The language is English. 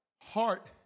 Heart